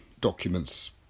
documents